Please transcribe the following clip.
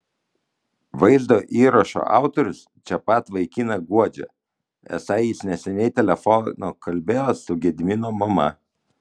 vaizdo įrašo autorius čia pat vaikiną guodžia esą jis neseniai telefonu kalbėjo su gedimino mama